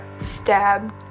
stabbed